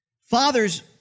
father's